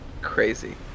Crazy